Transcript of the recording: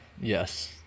Yes